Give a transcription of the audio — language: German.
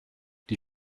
die